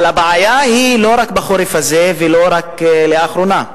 אבל הבעיה היא לא רק בחורף הזה ולא רק לאחרונה,